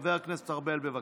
חבר הכנסת ארבל, בבקשה.